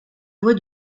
voie